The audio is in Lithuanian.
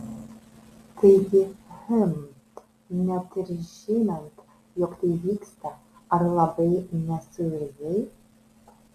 taigi hm net ir žinant jog tai vyksta ar labai nesuirzai